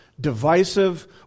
divisive